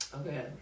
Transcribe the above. Okay